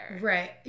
Right